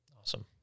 Awesome